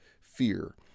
fear